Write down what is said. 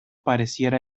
pareciera